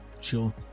Sure